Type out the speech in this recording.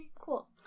cool